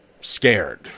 scared